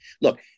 Look